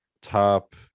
top